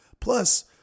Plus